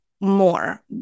more